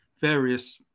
various